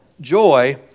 joy